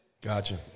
Gotcha